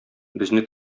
безне